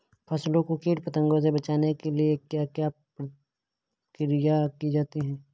फसलों को कीट पतंगों से बचाने के लिए क्या क्या प्रकिर्या की जाती है?